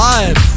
Live